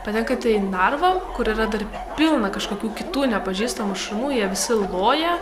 patenkate į narvą kur yra dar pilna kažkokių kitų nepažįstamų šunų jie visi loja